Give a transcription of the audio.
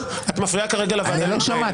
אני רק מבקשת לשאול את השר.